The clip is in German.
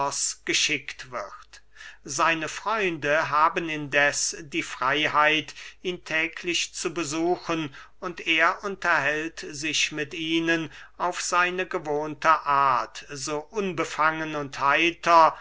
geschickt wird seine freunde haben indeß die freyheit ihn täglich zu besuchen und er unterhält sich mit ihnen auf seine gewohnte art so unbefangen und heiter